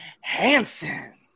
Hansen